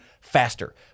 faster